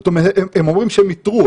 זאת אומרת שהם אומרים שהם איתרו,